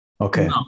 Okay